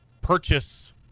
purchase